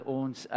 ons